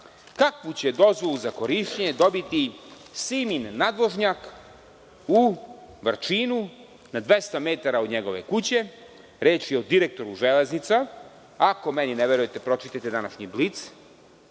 kakvu će dozvolu za korišćenje dobiti „Simin nadvožnjak“ u Vrčinu, na 200 metara od njegove kuće? Reč je o direktoru „Železnica“. Ako meni ne verujete, pročitajte današnji „Blic“.